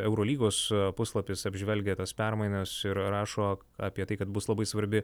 eurolygos puslapis apžvelgia tas permainas ir rašo apie tai kad bus labai svarbi